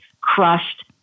crushed